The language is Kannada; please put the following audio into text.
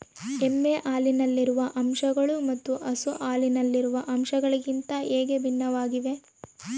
ಎಮ್ಮೆ ಹಾಲಿನಲ್ಲಿರುವ ಅಂಶಗಳು ಮತ್ತು ಹಸು ಹಾಲಿನಲ್ಲಿರುವ ಅಂಶಗಳಿಗಿಂತ ಹೇಗೆ ಭಿನ್ನವಾಗಿವೆ?